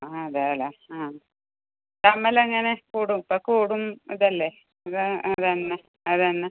ആ അതെ അല്ലേ ആ കമ്മൽ എങ്ങനെ കൂടും ഇപ്പോൾ കൂടും ഇത് അല്ലേ ഇത് അത് തന്നെ അത് തന്നെ